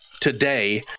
today